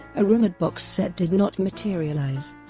a rumored box set did not materialize.